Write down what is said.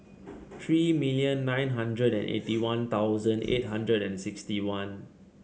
three million nine hundred and eighty One Thousand eight hundred and sixty one